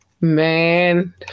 man